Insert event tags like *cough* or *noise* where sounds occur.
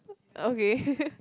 okay *laughs*